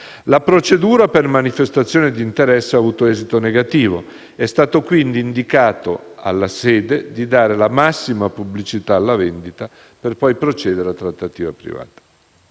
La procedura per manifestazione di interesse ha avuto esito negativo. È stato, quindi, indicato alla sede di dare la massima pubblicità alla vendita per poi procedere a trattativa privata.